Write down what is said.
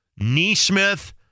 Neesmith